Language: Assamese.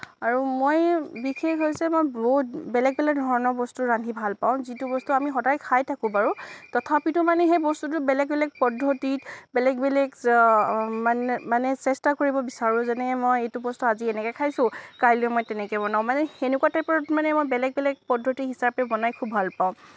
আৰু মই বিশেষ হৈছে বহুত বেলেগ বেলেগ ধৰণৰ বস্তু ৰান্ধি ভাল পাওঁ যিটো বস্তু আমি সদায় খাই থাকো বাৰু তথাপিটো মানে সেই বস্তুটো বেলেগ বেলেগ পদ্ধতিত বেলেগ বেলেগ মানে মানে চেষ্টা কৰিব বিচাৰোঁ যেনে মই এইটো বস্তু আজি এনেকে খাইছোঁ কাইলে মই তেনেকে বনাওঁ মানে সেনেকুৱা টাইপত মানে মই বেলেগ বেলেগ পদ্ধতি হিচাপে বনাই খুব ভাল পাওঁ